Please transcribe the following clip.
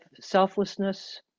selflessness